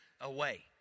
away